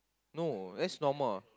no that's normal